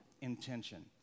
Intention